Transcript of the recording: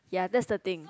ya that's the thing